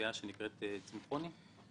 לתביעה שנקראת צמחוני?